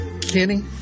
Kenny